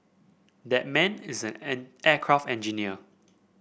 that man is an an aircraft engineer